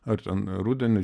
ar ten rudenį